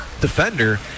defender